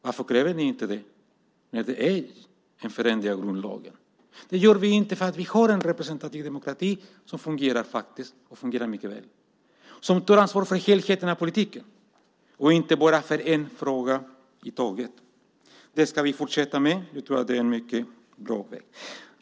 Varför kräver ni inte det när det handlar om en förändring av grundlagen? Det gör vi inte därför att vi har en representativ demokrati som fungerar mycket väl. Den tar ansvar för helheten i politiken och inte bara för en fråga i taget. Det ska vi fortsätta med. Vi tror att det är en mycket bra väg.